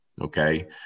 okay